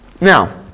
Now